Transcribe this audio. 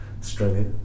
Australia